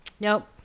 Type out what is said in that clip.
Nope